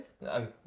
No